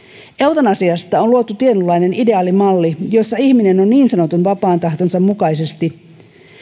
eutanasiasta on luotu tietynlainen ideaalimalli jossa ihminen niin sanotun vapaan tahtonsa mukaisesti